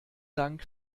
dank